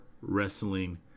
wrestling